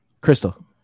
Crystal